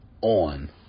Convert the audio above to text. on